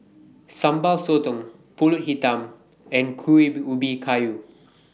Sambal Sotong Pulut Hitam and Kuih Ubi Kayu